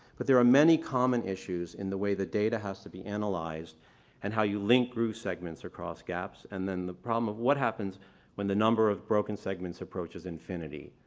but there are many common issues in the way the data has to be analyzed and how you link groove segments across gaps. and then the problem of what happens when the number of broken segments approaches infinity,